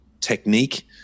technique